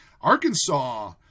Arkansas